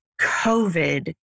COVID